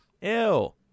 Ew